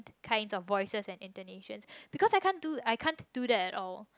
kind of voices of Indonesian because I can't do I can't do that at all